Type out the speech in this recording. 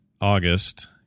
August